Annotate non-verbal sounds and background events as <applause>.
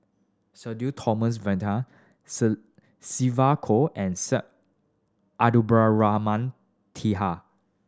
Sudhir Thomas Vadaketh <unintelligible> Sylvia Kho and Syed Abdulrahman Taha